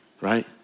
right